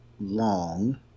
long